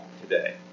today